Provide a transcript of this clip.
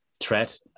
threat